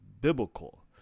biblical